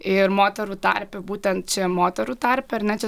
ir moterų tarpe būtent čia moterų tarpe ar ne čia